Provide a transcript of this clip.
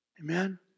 Amen